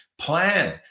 plan